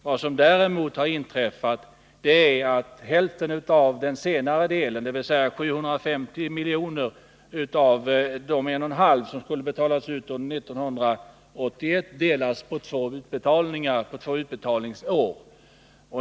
Vad som däremot har inträffat är att hälften av den senare delen, dvs. 750 milj. av de 1,5 miljarderna som skulle betalas ut under 1981, delas på två utbetalningsår.